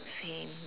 same